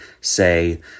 say